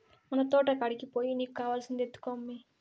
మన తోటకాడికి పోయి నీకు కావాల్సింది ఎత్తుకో అమ్మీ